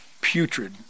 putrid